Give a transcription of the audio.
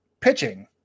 pitching